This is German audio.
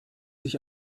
sich